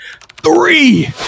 three